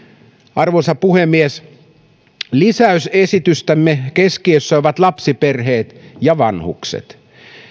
arvoisa puhemies lisäysesitystemme keskiössä ovat lapsiperheet ja vanhukset